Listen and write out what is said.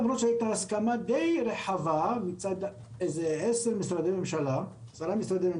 למרות שיש הסכמה די רחבה מצד עשרה משרדי ממשלה,